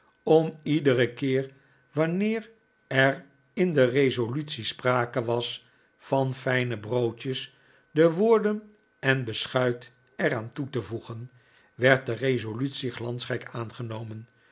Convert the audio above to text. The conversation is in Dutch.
om iederen keer wanneer er in de resolutie sprake was van fijne broodjes de woorden en beschuit er aan toe te voegen werd de resolutie glansrijk aangenomen